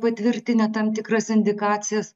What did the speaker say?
patvirtinę tam tikras indikacijas